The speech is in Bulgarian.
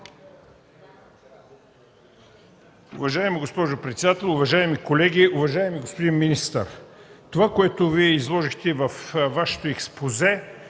Уважаема госпожо председател, уважаеми колеги! Уважаеми господин министър, това, което изложихте във Вашето експозе,